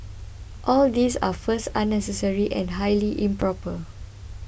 all these are first unnecessary and highly improper